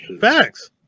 Facts